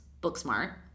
Booksmart